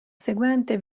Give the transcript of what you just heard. seguente